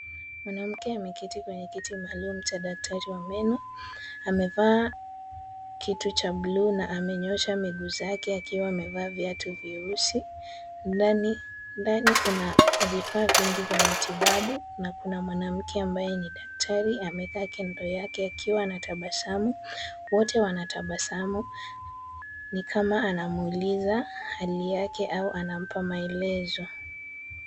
Mwanamke ameketi kwenye kiti maalum cha daktari wa meno, amevaa kitu cha bluu na amenyoosha miguu zake akiwa amevaa viatu vyeusi, ndani kuna vifaa vingi vya matibabu na kuna mwanamke ambaye ni daktari amekaa kando yake akiwa na tabasamu. Wote wanatabasamu ni kama anamuuliza hali yake au anampa maelezo.